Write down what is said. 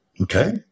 Okay